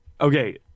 Okay